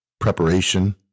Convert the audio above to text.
Preparation